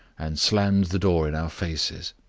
and slammed the door in our faces.